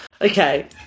Okay